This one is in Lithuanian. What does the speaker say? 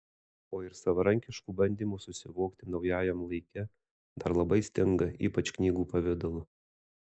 o ir savarankiškų bandymų susivokti naujajam laike dar labai stinga ypač knygų pavidalu